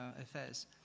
affairs